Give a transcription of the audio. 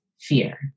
fear